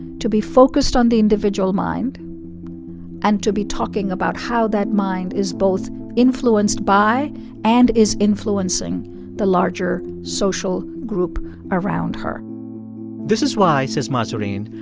to be focused on the individual mind and to be talking about how that mind is both influenced by and is influencing the larger social group around her this is why, says mahzarin,